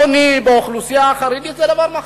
העוני באוכלוסייה החרדית זה דבר מחריד,